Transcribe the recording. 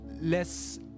less